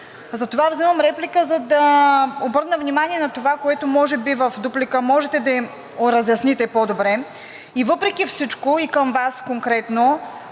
Затова взимам реплика, за да обърна внимание на това, което може би в дуплика можете да разясните по-добре. И към Вас конкретно